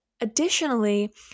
additionally